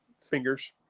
fingers